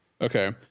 Okay